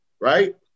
right